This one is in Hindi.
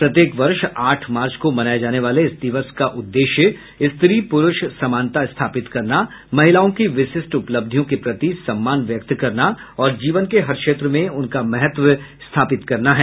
प्रत्येक वर्ष आठ मार्च को मनाये जाने वाले इस दिवस का उद्देश्य स्त्री पुरुष समानता स्थापित करना महिलाओं की विशिष्ट उपलब्धियों के प्रति सम्मान व्यक्त करना और जीवन के हर क्षेत्र में उनका महत्व स्थापित करना है